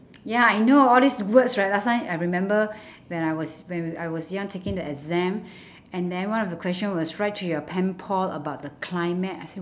ya you know all these words right last time I remember when I was when we I was young taking the exam and then one of the questions was write to your pen pal about the climate I said